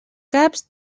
caps